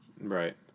Right